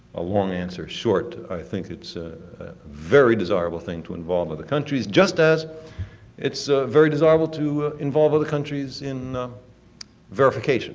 a long answer short, i think it's a very desirable thing to involve other countries just as it's very desirable to involve other countries in verification